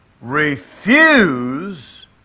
refuse